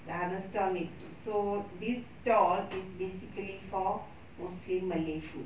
the other stall need to so this stall is basically for muslim malay food